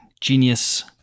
genius